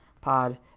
pod